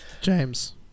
James